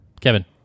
Kevin